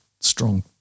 strong